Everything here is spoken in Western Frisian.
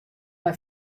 mei